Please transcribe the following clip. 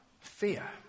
fear